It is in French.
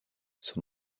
son